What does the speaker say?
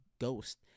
ghost